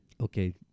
Okay